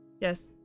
Yes